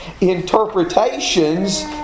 interpretations